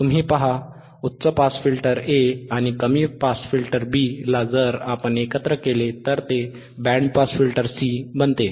तुम्ही पहा उच्च पास फिल्टर Aआणि कमी पास फिल्टर B ला जर आपण एकत्र केले तर ते बँड पास फिल्टर C बनते